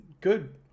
good